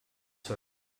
for